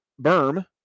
berm